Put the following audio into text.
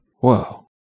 whoa